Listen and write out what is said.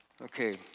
Okay